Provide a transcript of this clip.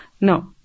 No